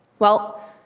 well,